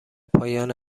پایان